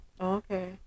okay